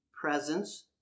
presence